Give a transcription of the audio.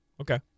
Okay